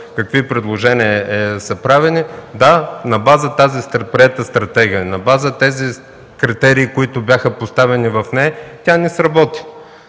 какви предложения са правени – да, на база на тази приета стратегия, на база на тези критерии, които бяха заложени в нея, тя не сработи.